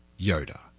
Yoda